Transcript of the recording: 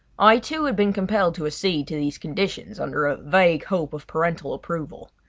i, too, had been compelled to accede to these conditions under a vague hope of parental approval.